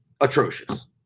atrocious